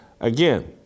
again